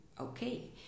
Okay